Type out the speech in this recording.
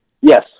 Yes